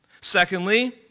Secondly